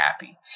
happy